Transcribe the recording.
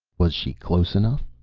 was she close enough?